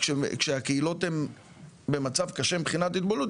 כשהקהילות הן במצב קשה מבחינת התבוללות,